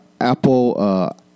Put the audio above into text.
Apple